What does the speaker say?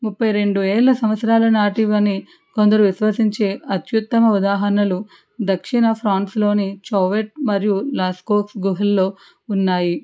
ముప్పైరెండు ఏళ్ల సంవత్సరాల నాటివని కొందరు విశ్వసించే అత్యుత్తమ ఉదాహరణలు దక్షిణ ఫ్రాన్స్లోని చవ్వేట్ మరియు లాస్కాక్స్ గుహల్లో ఉన్నాయి